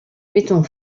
mettant